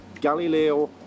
galileo